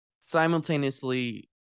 simultaneously